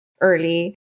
early